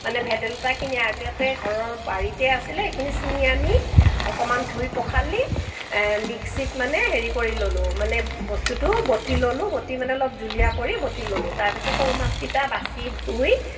মানে ভেদাইলতাখিনি আগতে ঘৰৰ বাৰীতে আছিলে সেইখিনি চিঙি আনি অকণমান ধুই পখালি মিক্সিত মানে হেৰি কৰি ললোঁ মানে বস্তুটো বটি ললোঁ বটি মানে অলপ জুলিয়া কৰি বটি ললোঁ তাৰপিছত সৰু মাছকেইটা বাছি ধুই